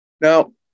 Now